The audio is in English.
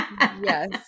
Yes